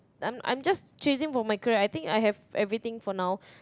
I I'm just chasing for my career I think I have everything for now